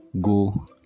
go